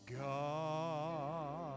God